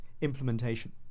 implementation